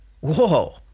Whoa